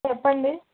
చెప్పండి